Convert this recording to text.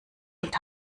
und